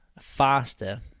faster